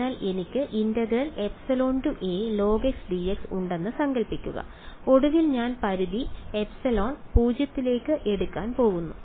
അതിനാൽ എനിക്ക് ഉണ്ടെന്ന് സങ്കൽപ്പിക്കുക ഒടുവിൽ ഞാൻ പരിധി ε → 0 എടുക്കാൻ പോകുന്നു